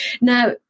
Now